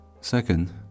Second